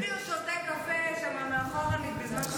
בן גביר שותה קפה מאחור בזמן שהוא,